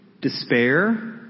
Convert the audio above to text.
despair